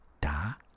da